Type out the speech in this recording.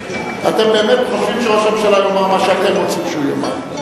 אתם באמת חושבים שראש הממשלה יאמר את מה שאתם רוצים שהוא יאמר.